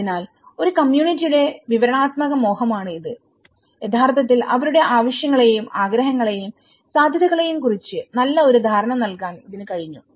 അതിനാൽ ഒരു കമ്മ്യൂണിറ്റിയുടെ വിവരണാത്മക മോഹമാണ് ഇത് യഥാർത്ഥത്തിൽ അവരുടെ ആവശ്യങ്ങളെയും ആഗ്രഹങ്ങളെയും സാധ്യതകളെയും കുറിച്ച് നല്ല ഒരു ധാരണ നൽകാൻ ഇതിന് കഴിഞ്ഞു